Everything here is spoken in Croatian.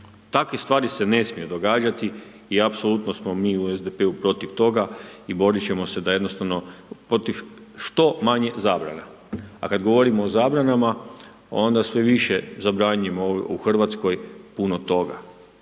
Takve stvari se ne smiju događati i apsolutno smo mi u SDP-u protiv toga i borit ćemo se da jednostavno što manje zabrana. A kada govorimo o zabranama onda sve više zabranjujemo u Hrvatskoj punu toga.